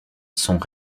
sont